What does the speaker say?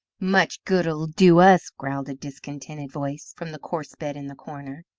much good it'll do us, growled a discontented voice from the coarse bed in the corner.